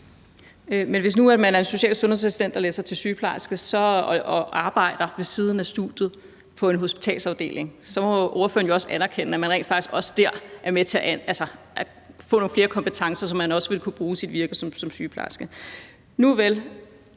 anerkende, at en social- og sundhedsassistent, der læser til sygeplejerske og arbejder på en hospitalsafdeling ved siden af studiet, rent faktisk også dermed får nogle flere kompetencer, som man vil kunne bruge i sit virke som sygeplejerske.